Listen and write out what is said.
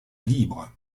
libre